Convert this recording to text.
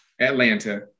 Atlanta